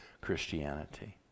Christianity